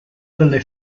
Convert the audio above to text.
delle